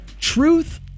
truth